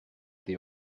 the